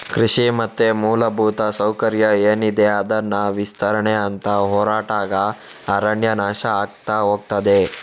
ಕೃಷಿ ಮತ್ತೆ ಮೂಲಭೂತ ಸೌಕರ್ಯ ಏನಿದೆ ಅದನ್ನ ವಿಸ್ತರಣೆ ಅಂತ ಹೊರಟಾಗ ಅರಣ್ಯ ನಾಶ ಆಗ್ತಾ ಹೋಗ್ತದೆ